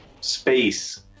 space